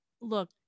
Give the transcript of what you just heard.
look